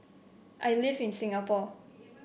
I live in Singapore